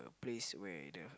place where the